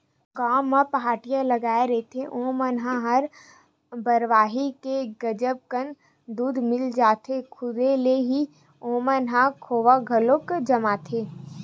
गाँव म पहाटिया लगे रहिथे ओमन ल हर बरवाही के गजब कन दूद मिल जाथे, खुदे ले ही ओमन ह खोवा घलो जमाथे